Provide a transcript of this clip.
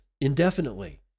indefinitely